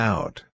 Out